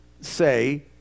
say